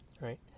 right